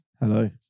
Hello